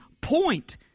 point